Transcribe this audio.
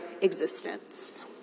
existence